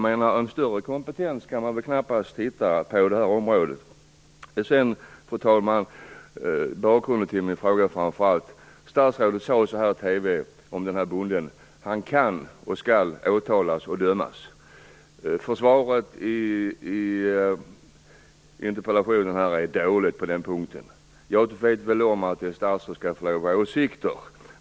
En större kompetens kan man väl knappast hitta på det här området. Fru talman! Bakgrunden till min fråga är framför allt det som statsrådet sade i TV om den här bonden. Statsrådet sade så här: Han kan och skall åtalas och dömas. Försvaret i interpellationen är dåligt på den punkten. Jag vet om att ett statsråd skall få ha åsikter.